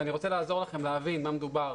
ואני רוצה לעזור לכם להבין במה מדובר.